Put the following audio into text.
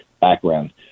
background